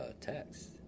text